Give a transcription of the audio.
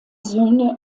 söhne